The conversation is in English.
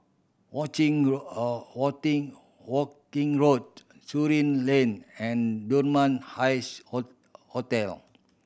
Watching Worthing Worthing Road Surin Lane and Dunman Highs Hotel